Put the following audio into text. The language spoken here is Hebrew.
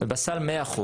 ובסל 100%,